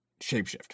shapeshift